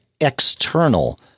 external